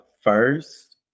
first